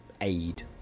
aid